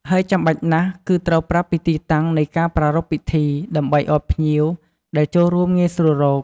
ហើយចាំបាច់ណាស់គឺ ត្រូវប្រាប់ពីទីតាំងនៃការប្រារព្ធពិធី ដើម្បីឱ្យភ្ញៀវដែលចូលរួមងាយស្រួលរក។